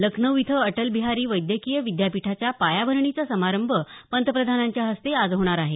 लखनऊ इथं अटल बिहारी वैद्यकीय विद्यापीठाचा पायाभरणी समारंभ पंतप्रधानांच्या हस्ते आज होणार आहे